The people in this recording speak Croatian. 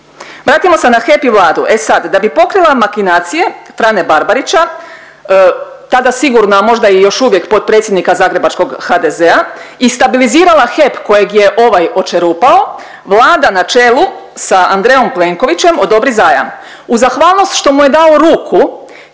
Vratimo se na HEP i Vladu, e sad da bi pokrila makinacije Frane Barbarića tada sigurno, a možda i još uvijek potpredsjednika zagrebačkog HDZ-a i stabilizirala HEP kojeg je ovaj očerupao, Vlada na čelu sa Andrejom Plenkovićem odobri zajam. U zahvalnost što mu je dao ruku HEP